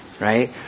right